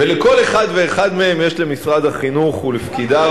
ולכל אחד ואחד מהם יש למשרד החינוך ולפקידיו,